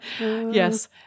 Yes